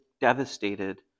devastated